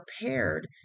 prepared